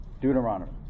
Deuteronomy